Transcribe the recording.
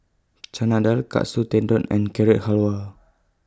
Chana Dal Katsu Tendon and Carrot Halwa